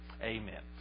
amen